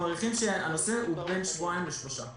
שהנושא ייקח בין שבועיים לשלושה.